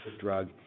drug